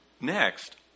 Next